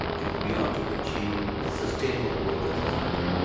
if we are to achieve sustainable growth in society